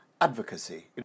advocacy